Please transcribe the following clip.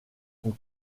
son